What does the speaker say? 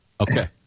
Okay